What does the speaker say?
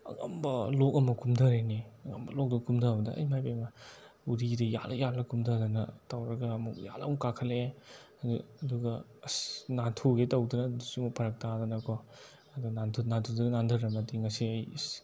ꯑꯉꯝꯕ ꯂꯣꯛ ꯑꯃ ꯀꯨꯝꯊꯔꯦꯅꯦ ꯑꯉꯝꯕ ꯂꯣꯛꯇꯨ ꯀꯨꯝꯊꯕꯗ ꯏꯃꯥꯏꯄꯦꯝꯃ ꯎꯔꯤꯗ ꯌꯥꯜꯂ ꯌꯥꯜꯂ ꯀꯨꯝꯊꯗꯅ ꯇꯧꯔꯒ ꯑꯃꯨꯛ ꯌꯥꯜꯂ ꯑꯃꯨꯛ ꯀꯥꯈꯠꯂꯛꯑꯦ ꯑꯗꯨ ꯑꯗꯨꯒ ꯑꯁ ꯅꯥꯟꯊꯨꯒꯦ ꯇꯧꯗꯅ ꯑꯗꯨꯁꯨ ꯑꯃꯨꯛ ꯐꯔꯛ ꯇꯥꯗꯅꯀꯣ ꯑꯗꯨꯗ ꯅꯥꯟꯊꯔꯝꯃꯗꯤ ꯃꯁꯤ ꯑꯩ ꯏꯁ